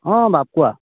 অঁ বাপ কোৱা